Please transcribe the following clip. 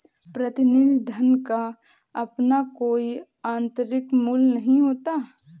प्रतिनिधि धन का अपना कोई आतंरिक मूल्य नहीं होता है